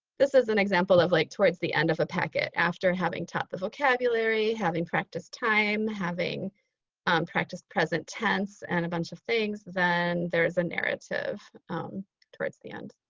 this is an example of like towards the end of a packet. after having taught the vocabulary, having practiced time, having practiced present tense and a bunch of things, then there's a narrative towards the end.